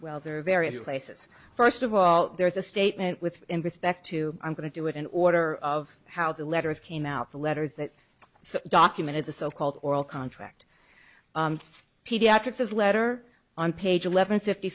well there are various places first of all there is a statement with respect to i'm going to do it in order of how the letters came out the letters that documented the so called oral contract paediatric says letter on page eleven fifty